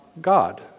God